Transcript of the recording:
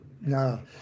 No